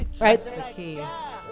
Right